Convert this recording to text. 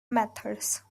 methods